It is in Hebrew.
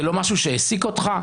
זה לא משהו שהעסיק אותך?